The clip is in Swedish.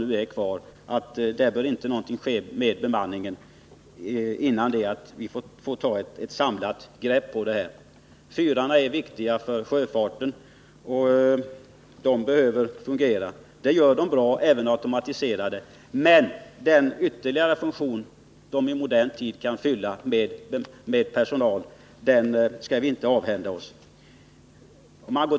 Med skärpa betonar vi att bemanningen vid våra fyrar skall vara oförändrad till dess att vi fått ett samlat grepp på det här. Fyrarna är viktiga för sjöfarten. Därför är det nödvändigt att dessa fungerar. Även automatiserade fyrar fungerar bra. Men eftersom bemannade fyrar även i modern tid har en ytterligare funktion att fylla skall vi inte avhända oss dessa.